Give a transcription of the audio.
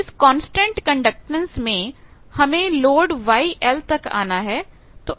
अब इस constant conductance से हमें लोड YL तक आना है